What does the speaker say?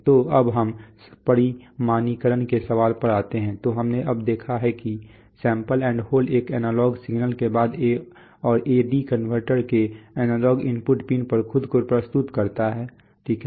तो अब हम परिमाणीकरण के सवाल पर आते हैं तो हमने अब देखा है कि सैंपल एंड होल्ड एक एनालॉग सिग्नल के बाद और AD कनवर्टर के एनालॉग इनपुट पिन पर खुद को प्रस्तुत करता है ठीक है